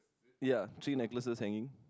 ya three necklaces hanging